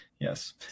Yes